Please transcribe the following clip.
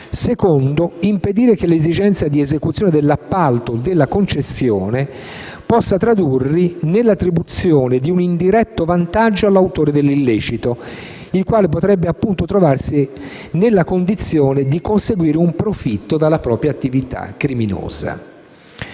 luogo, impedire che l'esigenza di esecuzione dell'appalto e della concessione possa tradursi nell'attribuzione di un indiretto vantaggio per l'autore dell'illecito il quale potrebbe, appunto, trovarsi nella condizione di conseguire un profitto dalla propria attività criminosa.